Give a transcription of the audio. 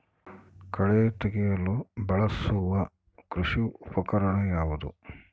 ಕಳೆ ತೆಗೆಯಲು ಬಳಸುವ ಕೃಷಿ ಉಪಕರಣ ಯಾವುದು?